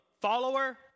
follower